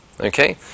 Okay